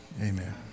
amen